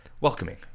welcoming